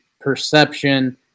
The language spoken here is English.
perception